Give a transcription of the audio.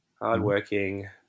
Hardworking